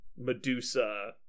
Medusa